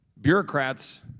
bureaucrats